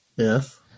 Yes